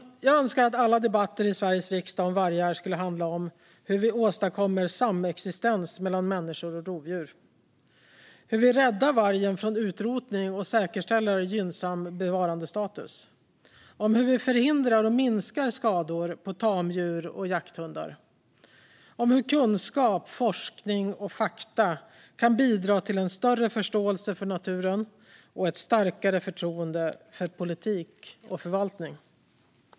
Jag önskar att alla debatter i Sveriges riksdag om vargar skulle handla om följande: Hur vi åstadkommer samexistens mellan människor och rovdjur. Hur vi räddar vargen från utrotning och säkerställer gynnsam bevarandestatus. Hur vi förhindrar och minskar skador på tamdjur och jakthundar. Hur kunskap, forskning och fakta kan bidra till en större förståelse för naturen och ett starkare förtroende för politik och förvaltning.